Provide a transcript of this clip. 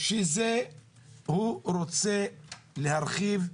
שהוא רוצה להרחיב,